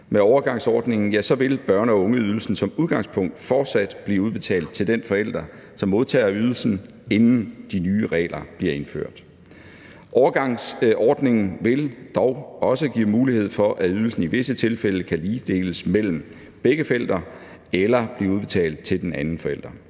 med overgangsordningen vil børne- og ungeydelsen som udgangspunkt fortsat blive udbetalt til den forælder, som modtager ydelsen, inden de nye regler bliver indført. Overgangsordningen vil dog også give mulighed for, at ydelsen i visse tilfælde kan ligedeles mellem begge forældre eller blive udbetalt til den anden forælder.